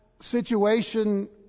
situation